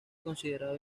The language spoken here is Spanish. consideraba